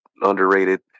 underrated